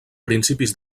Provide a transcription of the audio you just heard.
principis